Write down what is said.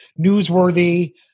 newsworthy